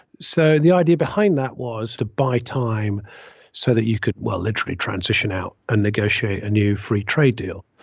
so the idea behind that was to buy time so that you could well literally transition out and negotiate a new free trade deal.